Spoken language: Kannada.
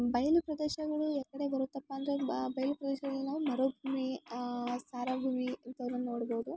ಬಯಲು ಪ್ರದೇಶಗಳು ಯಾವ್ಕಡೆ ಬರುತ್ತಪ್ಪ ಅಂದರೆ ಬಯಲು ಪ್ರದೇಶಗಳಲ್ಲಿ ನಾವು ಮರುಭೂಮಿ ಸಾರಭೂಮಿ ಇಂಥವನ್ನ ನೋಡ್ಬೋದು